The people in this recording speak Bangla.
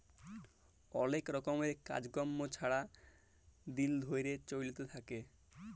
অলেক রকমের কাজ কম্ম ছারা দিল ধ্যইরে চইলতে থ্যাকে